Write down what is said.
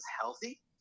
healthy